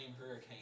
hurricane